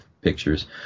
pictures